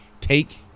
Take